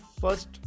first